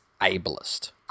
ableist